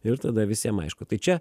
ir tada visiem aišku tai čia